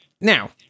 Now